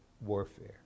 warfare